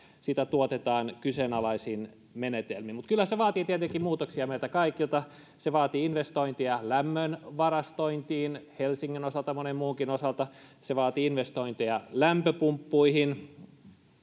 sitä tuotetaan kyseenalaisin menetelmin mutta kyllä se vaatii tietenkin muutoksia meiltä kaikilta se vaatii investointeja lämmön varastointiin helsingin osalta monen muunkin osalta se vaatii investointeja lämpöpumppuihin